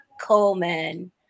Coleman